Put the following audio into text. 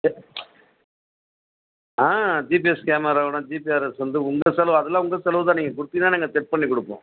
சரி ஆ ஜிபிஎஸ் கேமராவோடய ஜிபிஆர்எஸ் வந்து உங்கள் செலவு அதெலாம் உங்கள் செலவு தான் நீங்கள் கொடுத்தீங்கனா நாங்கள் செட் பண்ணி கொடுப்போம்